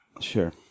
Sure